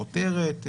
כותרת,